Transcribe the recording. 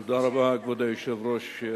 כבוד היושב-ראש,